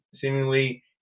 seemingly